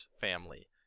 family